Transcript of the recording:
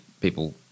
people